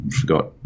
forgot